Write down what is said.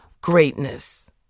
greatness